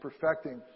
perfecting